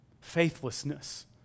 Faithlessness